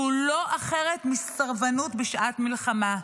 שהוא לא אחרת מסרבנות בשעת מלחמה.